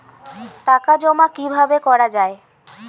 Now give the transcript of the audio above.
টাকা জমা কিভাবে করা য়ায়?